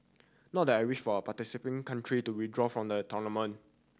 not that I wish for participating country to withdraw from the tournament